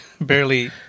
Barely